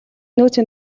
нөөцийн